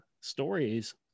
stories